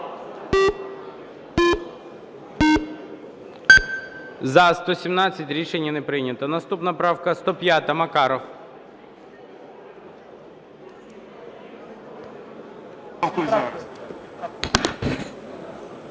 За-66 Рішення не прийнято. Наступна поправка 197, Макаров.